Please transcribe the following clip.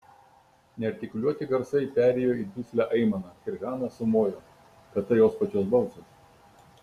neartikuliuoti garsai perėjo į duslią aimaną ir hana sumojo kad tai jos pačios balsas